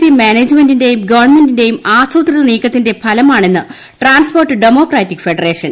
C മാനേജ്മെന്റിന്റെയും ഗവൺമെന്റിന്റെയും ആസൂത്രിത നീക്കത്തിന്റെ ഫലമാണെന്നു ട്രാൻസ്പ്രോർട്ട് ഡെമോക്രാറ്റിക് ഫെഡറേഷൻ